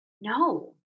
No